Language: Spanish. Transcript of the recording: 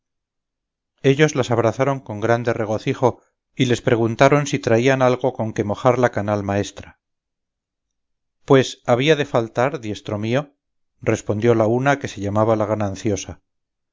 ellos las abrazaron con grande regocijo y les preguntaron si traían algo con que mojar la canal maestra pues había de faltar diestro mío respondió la una que se llamaba la gananciosa